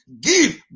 give